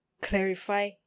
Clarify